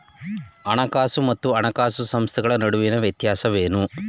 ಹಣಕಾಸು ಮತ್ತು ಹಣಕಾಸು ಸಂಸ್ಥೆಗಳ ನಡುವಿನ ವ್ಯತ್ಯಾಸವೇನು?